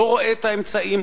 לא רואה את האמצעים,